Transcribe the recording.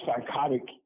psychotic